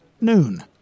Noon